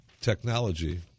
technology